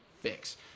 fix